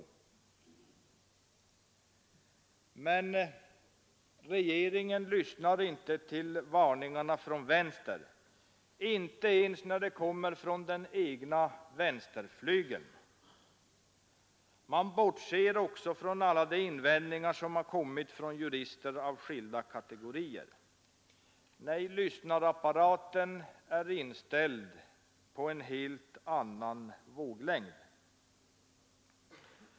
Men regeringen lyssnar inte till varningarna från vänster, inte ens när de kommer från den egna vänsterflygeln. Man bortser också från alla invändningarna från jurister av skilda kategorier. Nej, lyssnarapparaten är inställd på en helt annan våglängd.